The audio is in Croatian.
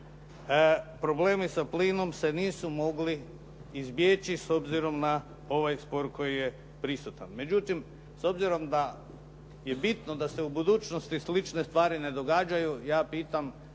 problemi sa plinom se nisu mogli izbjeći s obzirom na ovaj spor koji je prisutan. Međutim, s obzirom da je bitno da se u budućnosti slične stvari ne događaju, ja pitam